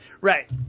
Right